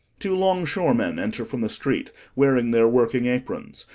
two longshoremen enter from the street, wearing their working aprons,